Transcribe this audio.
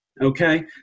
okay